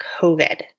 COVID